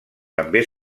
també